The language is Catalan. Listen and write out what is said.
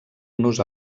nos